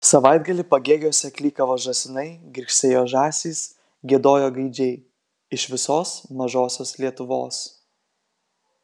savaitgalį pagėgiuose klykavo žąsinai girgsėjo žąsys giedojo gaidžiai iš visos mažosios lietuvos